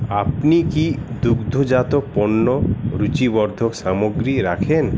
আপনি কি দুগ্ধজাত পণ্য রূচিবর্ধক সামগ্রী রাখেন